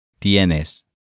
Tienes